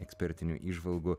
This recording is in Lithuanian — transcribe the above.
ekspertinių įžvalgų